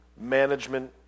management